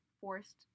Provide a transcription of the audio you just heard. forced